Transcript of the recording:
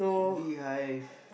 bee hive